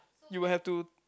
you have to